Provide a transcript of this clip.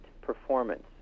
performance